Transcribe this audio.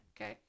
Okay